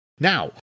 Now